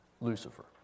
Lucifer